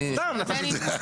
סתם, נתתי.